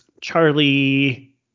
Charlie